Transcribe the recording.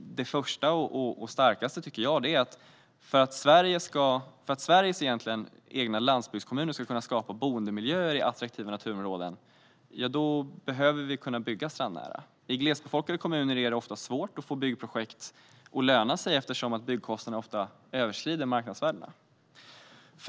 Det första och starkaste tycker jag är att vi behöver kunna bygga strandnära för att Sveriges landsbygdskommuner ska kunna skapa boendemiljöer i attraktiva naturområden. I glesbefolkade kommuner är det ofta svårt att få byggprojekt att löna sig, eftersom byggkostnaderna ofta överskrider marknadsvärdena.